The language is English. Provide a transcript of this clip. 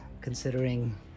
considering